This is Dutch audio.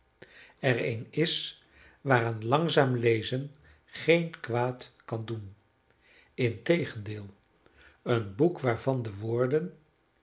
een is waaraan langzaam lezen geen kwaad kan doen integendeel een boek waarvan de woorden